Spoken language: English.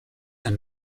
and